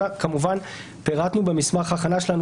בעד ההגבלה אנחנו כמובן פירטנו במסמך ההכנה שלנו